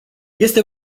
este